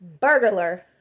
burglar